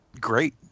Great